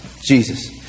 Jesus